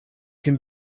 can